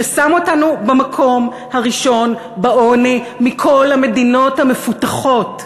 ששם אותנו במקום הראשון בעוני מכל המדינות המפותחות.